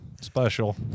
special